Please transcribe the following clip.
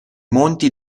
monti